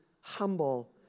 humble